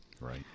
Right